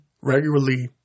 regularly